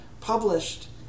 published